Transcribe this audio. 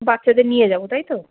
বাচ্চাদের নিয়ে যাবো তাই তো